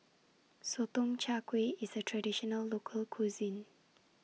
Sotong Char Kway IS A Traditional Local Cuisine